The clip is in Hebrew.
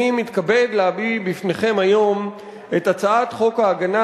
אני מתכבד להביא בפניכם היום את הצעת חוק ההגנה